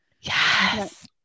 Yes